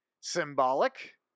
symbolic